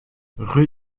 rue